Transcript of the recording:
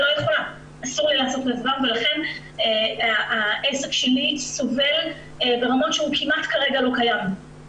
לכן העסק שלי סובל ברמות שהוא כמעט כרגע לא קיים.